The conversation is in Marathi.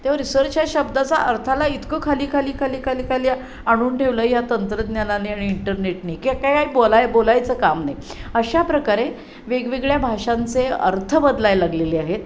तेव्हा रिसर्च ह्या शब्दाचा अर्थाला इतकं खाली खाली खाली खाली खाली आणून ठेवलं आहे या तंत्रज्ञानाने आणि इंटरनेटने की काय काय बोलाय बोलायचं काम नाही अशा प्रकारे वेगवेगळ्या भाषांचे अर्थ बदलायला लागलेले आहेत